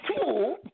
two